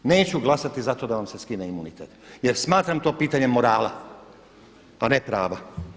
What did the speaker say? Neću glasati za to da vam se skine imunitet, jer smatram to pitanje morala, a ne prava.